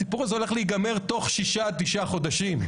הסיפור הולך להיגמר תוך שישה עד תשעה חודשים.